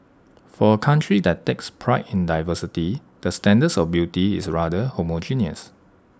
for A country that takes pride in diversity the standards of beauty is rather homogeneous